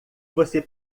você